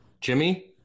Jimmy